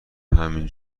همین